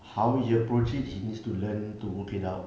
how he approach it he needs to learn to work it out